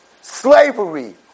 Slavery